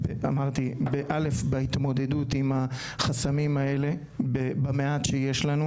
אמרתי גם בהתמודדות עם החסמים האלה במעט שיש לנו.